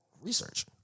research